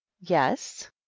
yes